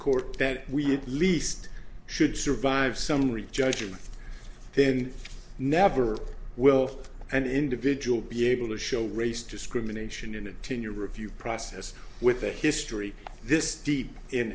court that we at least should survive summary judgment then never will and individual be able to show race discrimination in a ten year review process with a history this deep in